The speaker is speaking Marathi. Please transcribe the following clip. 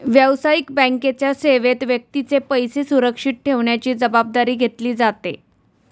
व्यावसायिक बँकेच्या सेवेत व्यक्तीचे पैसे सुरक्षित ठेवण्याची जबाबदारी घेतली जाते